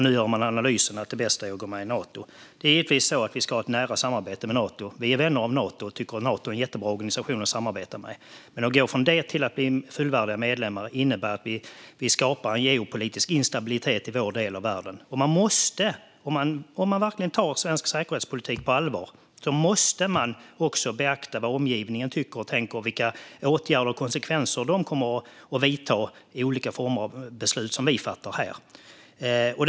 Nu gör man analysen att det bästa är att gå med i Nato. Det är givetvis så att vi ska ha ett nära samarbete med Nato. Vi sverigedemokrater är vänner av Nato och tycker att Nato är en jättebra organisation att samarbeta med. Men att gå från det till att bli fullvärdig medlem innebär att vi skapar en geopolitisk instabilitet i vår del av världen. Om man verkligen tar svensk säkerhetspolitik på allvar måste man också beakta vad omgivningen tycker och tänker - vilka åtgärder som kommer att vidtas och vilka konsekvenser det kommer att få - när vi fattar beslut här.